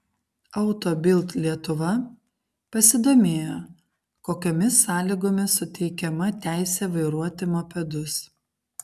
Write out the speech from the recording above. auto bild lietuva pasidomėjo kokiomis sąlygomis suteikiama teisė vairuoti mopedus